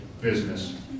business